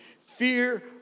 Fear